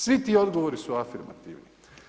Svi ti odgovori su afirmativni.